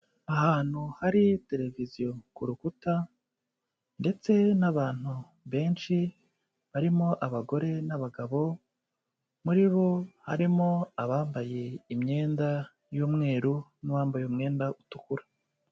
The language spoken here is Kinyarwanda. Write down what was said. Ahantu hari tereviziyo ku rukuta ndetse n'abantu benshi barimo abagore n'abagabo, muri bo harimo abambaye imyenda y'umweru n'uwambaye umwenda utukura.